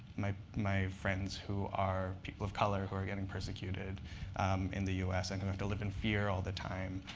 my my friends who are people of color who are getting persecuted in the us and who have to live in fear all the time.